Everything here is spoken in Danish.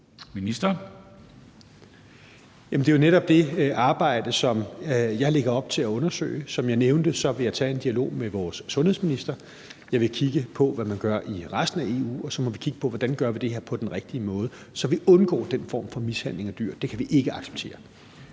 Det er jo netop det, som jeg lægger op til at undersøge. Som jeg nævnte, vil jeg tage en dialog med vores sundhedsminister. Jeg vil kigge på, hvad man gør i resten af EU, og så må vi kigge på, hvordan vi gør det her på den rigtige måde, så vi undgår den form for mishandling af dyr. Det kan vi ikke acceptere.